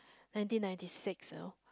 nineteen ninety six you know